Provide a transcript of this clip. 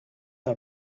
are